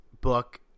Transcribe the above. book